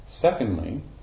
Secondly